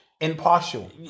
impartial